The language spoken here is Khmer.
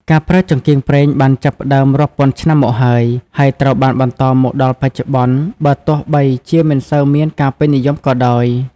ការប្រើចង្កៀងប្រេងបានចាប់ផ្តើមរាប់ពាន់ឆ្នាំមកហើយ ហើយត្រូវបានបន្តមកដល់បច្ចុប្បន្នបើទោះបីជាមិនសូវមានការពេញនិយមក៏ដោយ។